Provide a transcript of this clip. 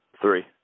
Three